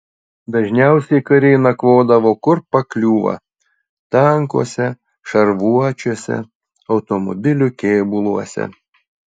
dažniausiai kariai nakvodavo kur pakliūva tankuose šarvuočiuose automobilių kėbuluose